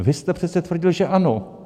Vy jste přece tvrdil, že ano.